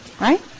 right